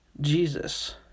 Jesus